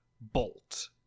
bolt